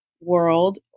world